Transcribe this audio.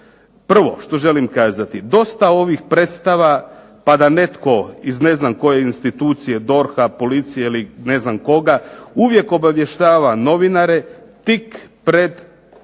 prvo što želim kazati, dosta ovih predstava pa da netko iz ne znam koje institucije, DORH-a, policije ili ne znam, uvijek obavještava novinare tik pred "hapšenje"